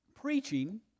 preaching